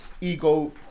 ego